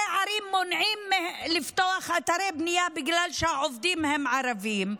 ראשי ערים מונעים פתיחת אתרי בנייה בגלל שהעובדים הם ערבים,